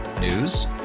News